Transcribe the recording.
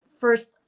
first